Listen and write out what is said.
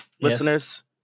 listeners